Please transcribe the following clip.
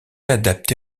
adapté